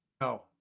No